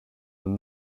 than